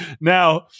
Now